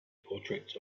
portraits